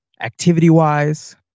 activity-wise